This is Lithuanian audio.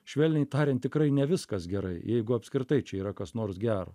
švelniai tariant tikrai ne viskas gerai jeigu apskritai čia yra kas nors gero